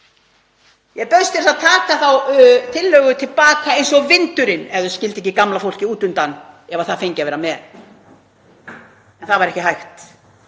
Ég bauðst til að taka þá tillögu til baka eins og vindurinn ef þau skildu ekki gamla fólkið út undan, ef það fengi að vera með. En það var ekki hægt.